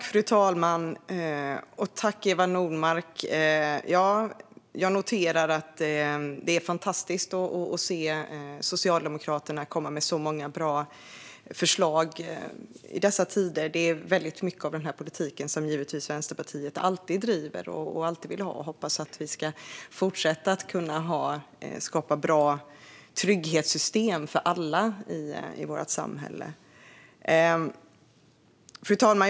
Fru talman! Det är fantastiskt att se Socialdemokraterna komma med så många bra förslag i dessa tider. Det är mycket av den här politiken som Vänsterpartiet alltid driver och alltid vill ha. Jag hoppas att vi kan fortsätta skapa bra trygghetssystem för alla i vårt samhälle. Fru talman!